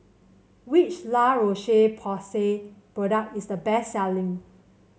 which La Roche Porsay product is the best selling